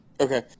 Okay